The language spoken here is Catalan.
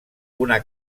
una